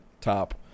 top